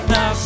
Now